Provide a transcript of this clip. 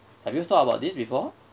have you thought about this before